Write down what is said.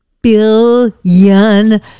billion